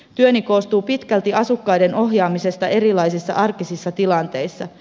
työni koostuu pitkälti asukkaiden ohjaamisesta erilaisissa arkisissa tilanteissa